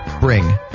bring